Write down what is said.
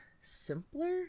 simpler